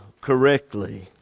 correctly